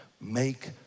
make